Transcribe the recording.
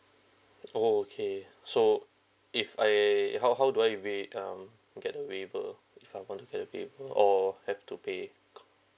oh okay so if I how how do I waive um get waiver if I want to get a waiver or have to pay